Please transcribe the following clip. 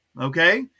Okay